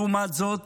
לעומת זאת,